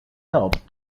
help